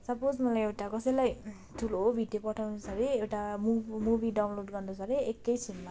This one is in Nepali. सपोज मलाई एउटा कसैलाई ठुलो भिडियो पठाउनु छ भने एउटा मु मुभी डाउनलोड गर्नु छ भने एक छिनमा